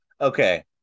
Okay